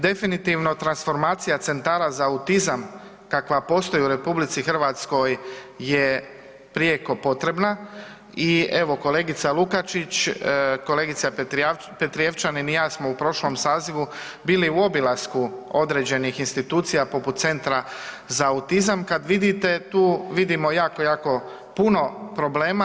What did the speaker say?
Definitivno transformacija centara za autizam kakva postoji u RH je prijeko potrebna i evo kolegica Lukačić, kolegica Petrijevčanin i ja smo u prošlom sazivu bili u obilasku određenih institucija poput centra za autizam kad vidite tu, vidimo jako, jako puno problema.